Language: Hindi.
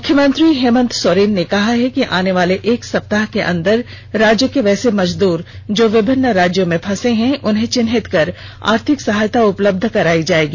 मुख्यमंत्री हेमंत सोरेन ने कहा है कि आने वाले एक सप्ताह के अंदर राज्य के वैसे मजदूर जो विभिन्न राज्यों में फंसे हैं उन्हें चिन्हित कर आर्थिक सहायता उपलब्ध करायी जायेगी